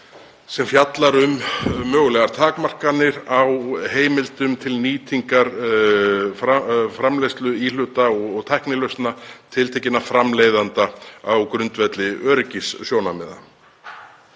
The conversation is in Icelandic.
sem fjallar um mögulegar takmarkanir á heimildum til nýtingar framleiðsluíhluta og tæknilausna tiltekinna framleiðanda á grundvelli öryggissjónarmiða.